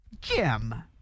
Jim